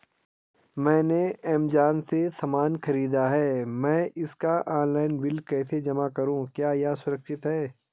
मैंने ऐमज़ान से सामान खरीदा है मैं इसका ऑनलाइन बिल कैसे जमा करूँ क्या यह सुरक्षित है?